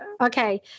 okay